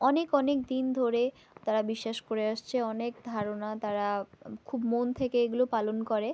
অনেক অনেক দিন ধরে তারা বিশ্বাস করে আসছে অনেক ধারণা তারা খুব মন থেকে এগুলো পালন করে